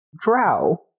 drow